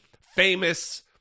famous